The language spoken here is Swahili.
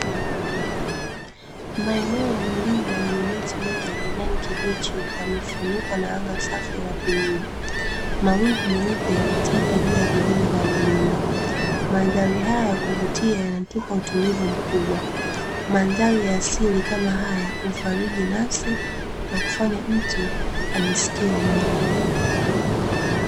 Maeneo ya milima yenye miti mingi ya kijani kibichi yamefunikwa na anga safi la bluu. Mawingu meupe yametanda juu ya vilele vya milima. Mandhari haya ya kuvutia yanatupa utulivu mkubwa. Mandhari ya asili kama haya hufariji nafsi na kufanya mtu ajisikie huru.